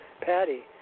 patty